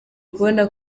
kubona